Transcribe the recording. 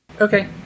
Okay